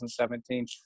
2017